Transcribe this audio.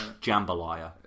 jambalaya